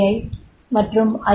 ஐ மற்றும் ஐ